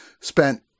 spent